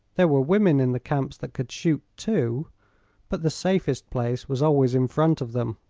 there were women in the camps that could shoot, too but the safest place was always in front of them.